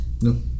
No